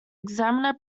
examiner